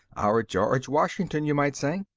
our george washington, you might say.